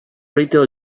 retail